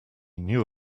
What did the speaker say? knew